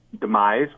Demise